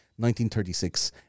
1936